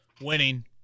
winning